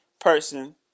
person